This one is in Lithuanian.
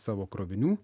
savo krovinių